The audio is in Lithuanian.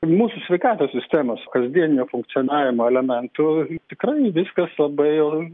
mūsų sveikatos sistemos kasdienio funkcionavimo elementu tikrai viskas labai jau